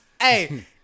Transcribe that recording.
Hey